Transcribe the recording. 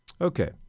Okay